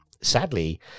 Sadly